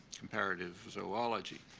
comparative zoology.